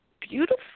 beautiful